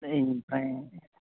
बेनिफ्राय